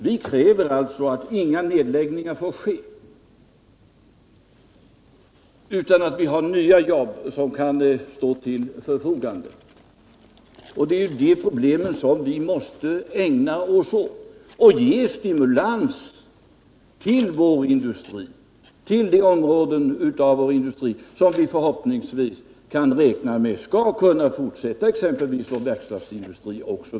Vi kräver att inga nedläggningar skall ske utan att det finns ny jobb som kan stå till förfogande. Det är de problemen vi måste ägna oss åt. Vi måste ge stimulans till områden av vår industri som vi förhoppningsvis kan räkna med skall fortsätta, exempelvis vår verkstadsindustri.